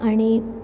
आणि